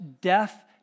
death